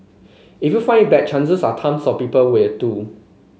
if you find it bad chances are tons of people will too